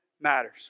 matters